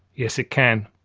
yes, it can.